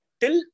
till